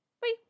bye